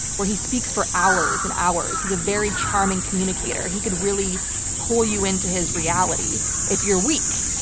where he speaks for hours and hours. he's a very charming communicator. he could really pull you into his reality if you're weak,